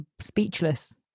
speechless